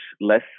less